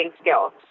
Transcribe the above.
skills